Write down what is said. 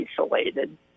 isolated